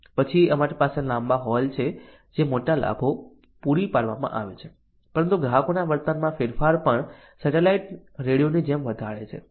પછી અમારી પાસે લાંબા હોલ છે જે મોટા લાભો પૂરા પાડવામાં આવે છે પરંતુ ગ્રાહકોના વર્તનમાં ફેરફાર પણ સેટેલાઇટ રેડિયોની જેમ વધારે છે